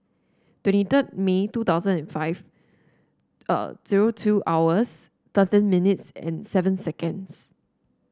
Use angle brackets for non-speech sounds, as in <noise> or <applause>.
twenty third May two thousand and five <hesitation> zero two hours thirteen minutes and seven seconds